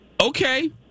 Okay